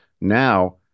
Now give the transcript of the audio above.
Now